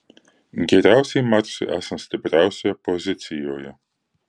geriausiai marsui esant stipriausioje pozicijoje